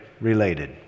related